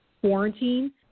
quarantine